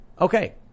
okay